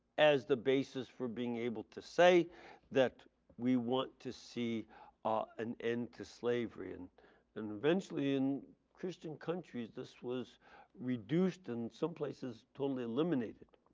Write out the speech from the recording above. as the basis for being able to say that we want to see an end to slavery and and eventually in christian countries this was reduced and some places totally eliminated.